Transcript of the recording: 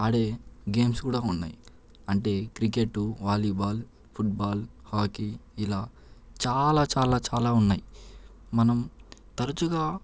ఆడే గేమ్స్ కూడా ఉన్నాయి అంటే క్రికెట్ వాలీబాల్ ఫుట్బాల్ హాకీ ఇలా చాలా చాలా చాలా ఉన్నాయి మనం తరచుగా